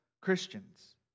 Christians